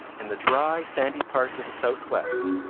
in the dry, sandy parts of the southwest,